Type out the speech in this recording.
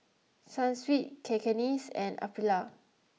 Sunsweet Cakenis and Aprilia